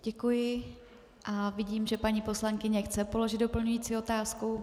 Děkuji a vidím, že paní poslankyně chce položit doplňující otázku.